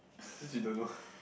since you don't know